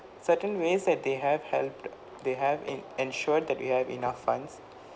certain ways that they have helped they have in~ ensured that we have enough funds